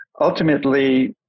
ultimately